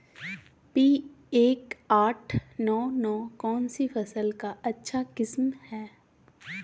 P एक आठ नौ नौ कौन सी फसल का अच्छा किस्म हैं?